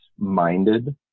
Minded